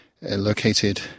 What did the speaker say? located